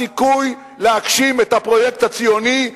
הסיכוי להגשים את הפרויקט הציוני,